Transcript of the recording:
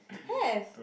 have